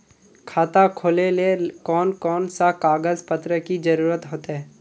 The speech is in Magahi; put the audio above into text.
खाता खोलेले कौन कौन सा कागज पत्र की जरूरत होते?